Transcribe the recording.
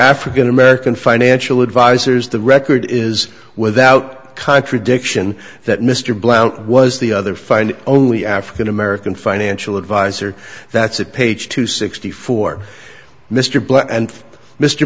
african american financial advisors the record is without contradiction that mr blount was the other find only african american financial advisor that's at page two sixty four mr black and mr